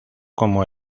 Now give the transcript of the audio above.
como